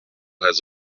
has